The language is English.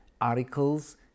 articles